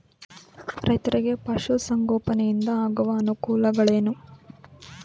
ರೈತರಿಗೆ ಪಶು ಸಂಗೋಪನೆಯಿಂದ ಆಗುವ ಅನುಕೂಲಗಳೇನು?